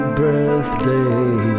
birthday